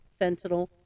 fentanyl